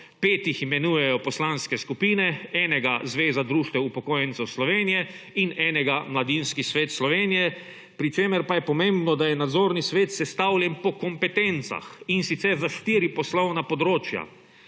5 jih imenujejo poslanske skupine, enega Zveza društev upokojencev Slovenije in enega Mladinski svet Slovenije, pri čemer pa je pomembno, da je nadzorni svet sestavljen po kompetencah in sicer, za 4 poslovna področja